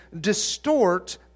distort